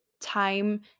time